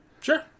Sure